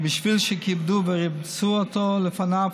ובשביל שכיבדו וריבצו לפניו,